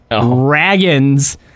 dragon's